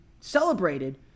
celebrated